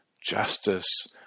justice